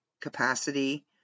capacity